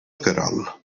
querol